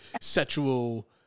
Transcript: sexual